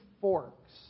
forks